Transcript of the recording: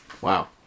Wow